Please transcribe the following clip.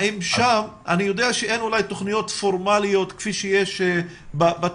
אני יודע שאין אולי תכניות פורמליות כפי שיש בתיכון,